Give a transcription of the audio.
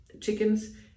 chickens